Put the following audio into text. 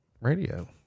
radio